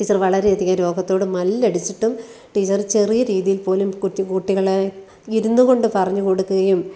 teacher വളരെയധികം രോഗത്തോട് മല്ലടിച്ചിട്ടും ടീച്ചര് ചെറിയ രീതിയിൽ പോലും കൊച്ചു കുട്ടികളെ ഇരുന്നു കൊണ്ട് പറഞ്ഞു കൊടുക്കുകയും